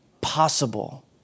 possible